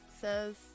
says